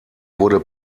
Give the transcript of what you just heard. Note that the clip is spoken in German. wurde